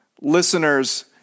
listeners